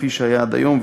כפי שהיה עד היום,